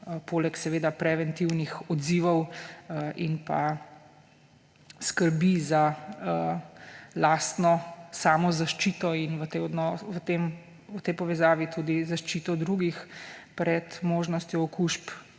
poleg preventivnih odzivov in skrbi za lastno samozaščito in v tej povezavi tudi zaščito drugih pred možnostjo okužb;